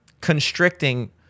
constricting